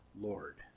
Lord